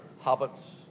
habits